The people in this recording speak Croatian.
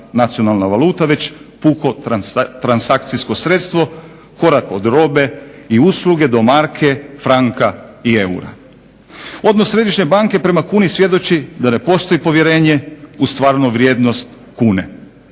nacionalna valuta već puko transakcijsko sredstvo, korak od robe i usluge do marke, franka i eura. Odnos središnje banke prema kuni svjedoči da ne postoji povjerenje u stvarnu vrijednost kune.